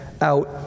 out